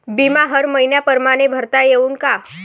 बिमा हर मइन्या परमाने भरता येऊन का?